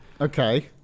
Okay